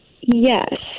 Yes